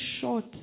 short